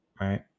right